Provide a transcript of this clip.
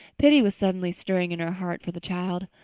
pity was suddenly stirring in her heart for the child.